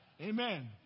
Amen